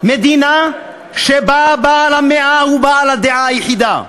מדינה שבה בעל המאה הוא בעל הדעה היחידה.